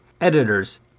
Editors